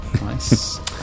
Nice